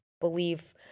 believe